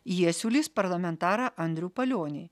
jie siūlys parlamentarą andrių palionį